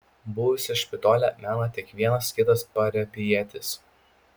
buvusią špitolę mena tik vienas kitas parapijietis